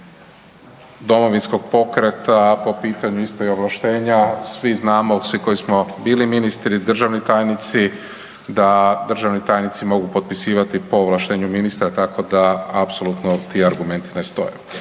Domovinskog pokreta po pitanju isto i ovlaštenja, svi znamo, svi koji smo bili ministri, državni tajnici, da državni tajnici mogu potpisivati, po ovlaštenju ministra, tako da apsolutno ti argumenti ne stoje.